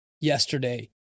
yesterday